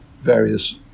various